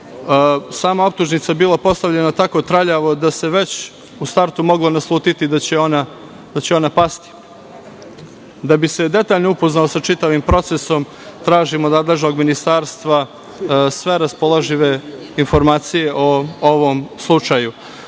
sama optužnica bila postavljena tako traljavo da se već u startu moglo naslutiti da će ona pasti. Da bi se detaljno upoznao sa čitavim procesom, tražim od nadležnog ministarstva sve raspoložive informacije o ovom slučaju.S